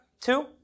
two